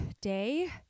day